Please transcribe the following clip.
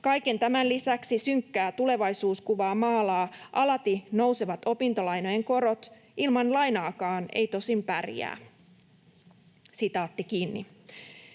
Kaiken tämän lisäksi synkkää tulevaisuuskuvaa maalaa alati nousevat opintolainojen korot. Ilman lainaakaan ei tosin pärjää.” ”Sairastan